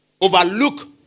overlook